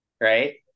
Right